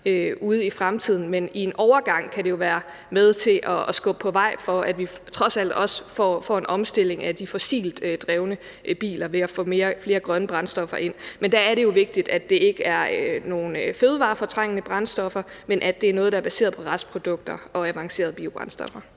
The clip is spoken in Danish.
ude i fremtiden, men i en overgangsperiode kan det jo være med til at skubbe på for, at vi trods alt også får en omstilling af de fossilt drevne biler ved at få flere grønne brændstoffer ind. Men der er det jo vigtigt, at det ikke er nogen fødevarefortrængende brændstoffer, men at det er noget, der er baseret på restprodukter og avancerede biobrændstoffer.